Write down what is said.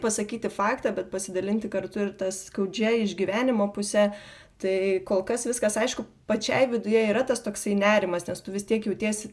pasakyti faktą bet pasidalinti kartu ir ta skaudžia išgyvenimo puse tai kol kas viskas aišku pačiai viduje yra tas toksai nerimas nes tu vis tiek jautiesi